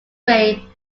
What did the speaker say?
way